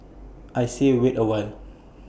I say wait A while